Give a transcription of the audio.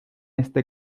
este